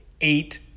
eight